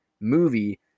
movie